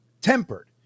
tempered